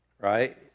right